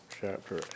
chapter